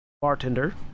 bartender